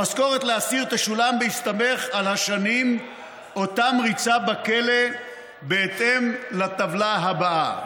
המשכורת לאסיר תשולם בהסתמך על השנים שאותן ריצה בכלא בהתאם לטבלה הבאה"